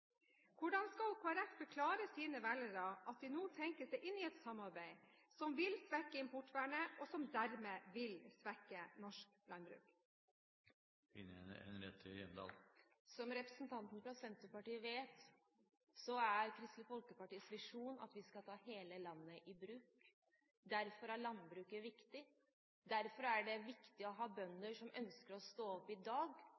Hvordan skal Kristelig Folkeparti forklare sine velgere at de nå tenker seg inn i et samarbeid som vil svekke importvernet, og som dermed vil svekke norsk landbruk? Som representanten fra Senterpartiet vet, er Kristelig Folkepartis visjon at vi skal ta hele landet i bruk. Derfor er landbruket viktig. Derfor er det viktig å ha bønder som ønsker å stå opp i dag